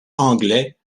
anglais